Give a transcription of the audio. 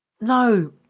No